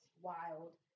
Wild